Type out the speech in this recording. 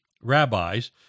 rabbis